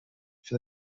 for